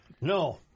No